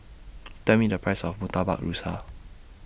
Tell Me The Price of Murtabak Rusa